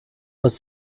was